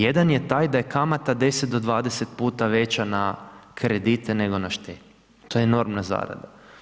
Jedan je taj da je kamata 10 do 20 puta veća na kredite nego na štednju, to je enormna zarada.